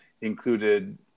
included